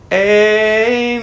Amen